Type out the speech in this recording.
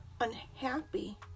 unhappy